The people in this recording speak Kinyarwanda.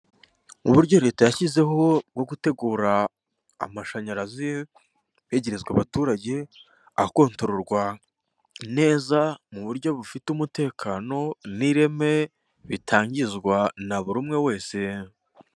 Uburyo leta yashyizeho bwo gutegura amashanyarazi yegerezwa abaturage. Akontororwa neza mu buryo bufite umutekano n'ireme bitangizwa na buri umwe wese.